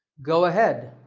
go ahead.